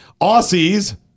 Aussies